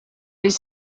les